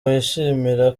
wishimira